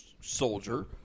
Soldier